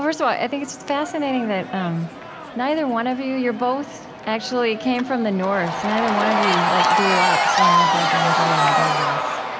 first of all, i think it's fascinating that um neither one of you you both, actually, came from the north. neither one of you like grew up surrounded by banjo and bluegrass.